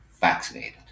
vaccinated